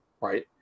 right